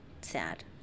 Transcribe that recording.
sad